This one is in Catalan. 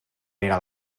era